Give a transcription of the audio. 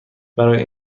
برای